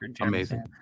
amazing